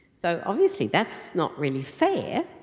so obviously that's not really fair.